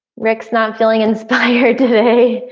rick's not feeling inspired today.